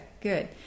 good